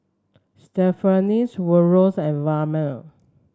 Stephany Woodrow and Vilma